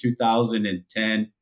2010